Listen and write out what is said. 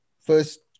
first